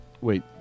Wait